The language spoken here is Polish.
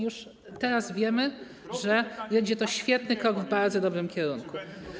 Już teraz wiemy, że będzie to świetny krok w bardzo dobrym kierunku.